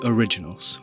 Originals